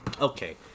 okay